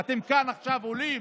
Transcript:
ואתם כאן עכשיו עולים